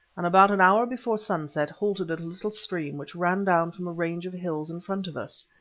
and about an hour before sunset halted at a little stream which ran down from a range of hills in front of us.